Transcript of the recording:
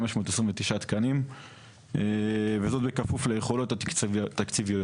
529 תקנים וזה בהתאם ליכולות התקציביות.